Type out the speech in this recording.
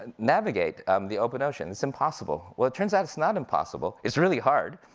and navigate um the open ocean? it's impossible. well, it turns out, it's not impossible. it's really hard.